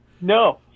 No